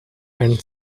and